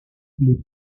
les